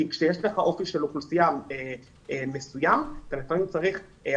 וגם בו צריך להתחשב.